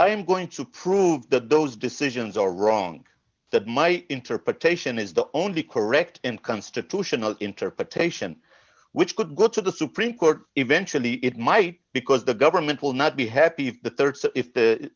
i am going to prove that those decisions are wrong that my interpretation is the only correct and constitutional interpretation which could go to the supreme court eventually it might because the government will not be happy if the